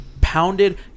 pounded